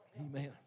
Amen